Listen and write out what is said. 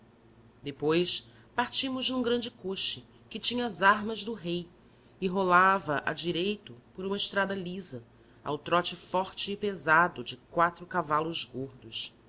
depois partimos num grande coche que tinha as armas do rei e rolava a direito por uma estrada lisa ao trote forte e pesado de quatro cavalos gordos